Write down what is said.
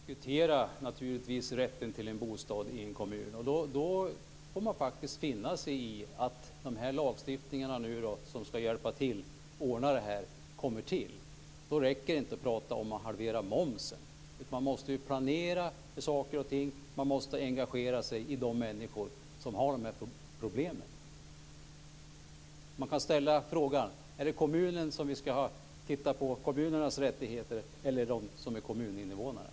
Fru talman! Det var inte riktigt så jag uttryckte mig, men man ska naturligtvis diskutera rätten till bostad i en kommun. Då får man faktiskt finna sig i att de lagar som ska hjälpa till att ordna detta kommer till. Då räcker det inte att prata om att halvera momsen. Man måste planera för saker och ting. Man måste engagera sig i de människor som har dessa problem. Man kan ställa frågan om det är kommunernas rättigheter som vi ska titta på, eller om det är kommuninnevånarnas.